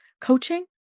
coaching